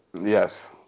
Yes